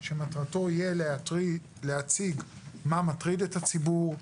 שמטרתו להציג מה מטריד את הציבור,